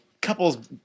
Couple's